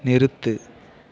நிறுத்து